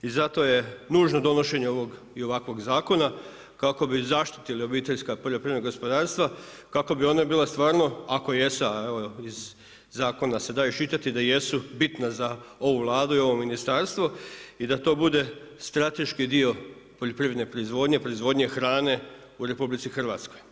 I zato je nužno donošenje ovog i ovakvog zakona kako bi zaštitili obiteljska poljoprivredna gospodarstva, kako bi ona bila stvarno ako jesu, a evo iz zakona se iščitati da jesu bitna za ovu Vladu i ovo ministarstvo i da to bude strateški dio poljoprivredne proizvodnje, proizvodnje hrane u Republici Hrvatskoj.